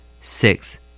Six